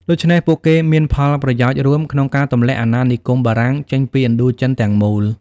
ដូច្នេះ ពួកគេមានផលប្រយោជន៍រួមក្នុងការទម្លាក់អាណានិគមបារាំងចេញពីឥណ្ឌូចិនទាំងមូល។